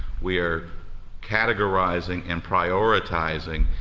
we are categorizing and prioritizing,